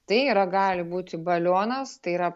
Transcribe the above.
tai yra gali būti balionas tai yra